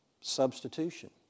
substitution